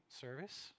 service